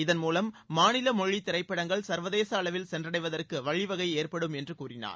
இதன் மூலம் மாநில மொழி திரைப்படங்கள் சர்வதேச அளவில் சென்றடைவதற்கு வழிவகை ஏற்படும் என்று கூறினார்